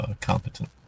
competent